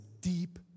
deep